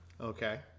Okay